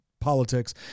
politics